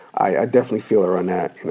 i definitely feel her on that,